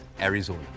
Arizona